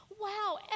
Wow